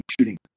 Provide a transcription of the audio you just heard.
shooting